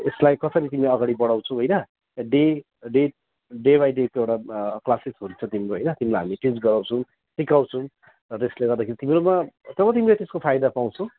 यसलाई कसरी तिमीले अगाडि बढाउँछौ होइन डे डे डे बाई डेको एउटा क्लासेस हुन्छ हैन तिमीलाई हामी ट्रेन गराउँछौँ सिकाउँछौँ र त्यसले गर्दाखेरि तिम्रोमा तब तिमीले त्यसको फाइदा पाउँछौ